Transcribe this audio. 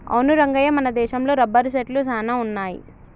అవును రంగయ్య మన దేశంలో రబ్బరు సెట్లు సాన వున్నాయి